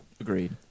Agreed